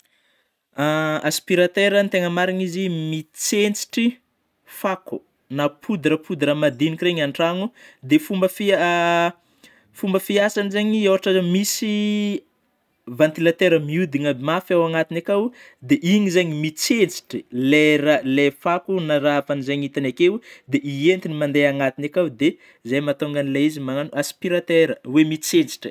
aspiratera tena marigny izy, mitsentsitry fako na poudre poudre madinika regny an-tragno ,dia ny fomba fiasany zany ôhatry oe, misy vantilatera mihodina mafy feo agnatiny akao, dia ingny zegny mitsentsitry lay raha na lay fako, zay hitany akeo dia entiny mandeha agnatiny akao, de zay no mahatonga azy oe mitsentsitra.